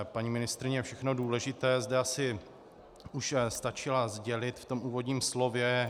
Paní ministryně všechno důležité zde asi už stačila sdělit v úvodním slově.